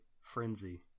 frenzy